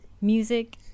music